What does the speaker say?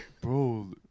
Bro